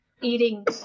eating